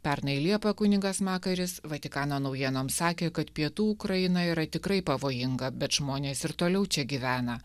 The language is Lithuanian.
pernai liepą kunigas makaris vatikano naujienoms sakė kad pietų ukraina yra tikrai pavojinga bet žmonės ir toliau čia gyvena